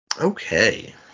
Okay